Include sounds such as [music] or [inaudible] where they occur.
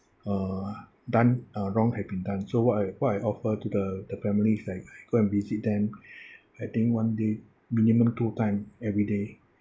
uh done uh wrong had been done so what I what I offer to the the family is like I go and visit them [breath] I think one day minimum two time every day